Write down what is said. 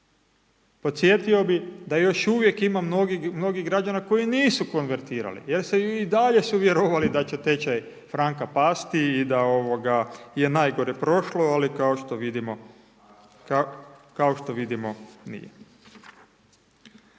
Podsjetio bih da još uvijek ima mnogih građana koji nisu konvertirali jer se i dalje su vjerovali da će tečaj franka pasti i da je najgore prošlo, ali kao što vidimo, nije.